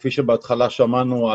כפי שבהתחלה שמענו,